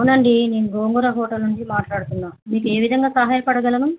అవునండి నేను గోంగూర హోటల్ నుంచి మాట్లాడుతున్నా మీకు ఏ విధంగా సహాయపడగలను